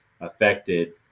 affected